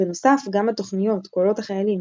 בנוסף גם התוכניות "קולות החיילים"